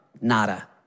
nada